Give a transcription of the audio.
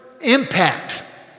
impact